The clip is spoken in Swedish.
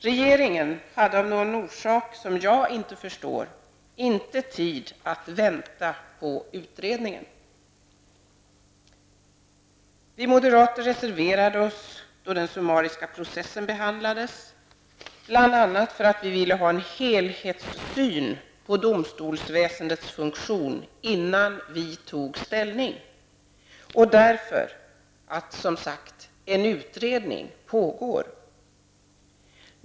Regeringen hade av någon orsak, som jag inte förstår, inte tid att vänta på utredningen. Vi moderater reserverade oss då den summariska processen behandlades, bl.a. för att vi ville ha en helhetssyn på domstolsväsendets funktion innan vi tog ställning och därför att, som sagt, en utredning pågår.